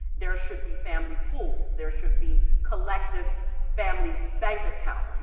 there should be family pools. there should be collective family bank accounts.